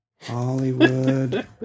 Hollywood